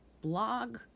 blog